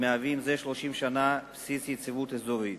המהווים זה 30 שנה בסיס ליציבות אזורית.